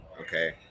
okay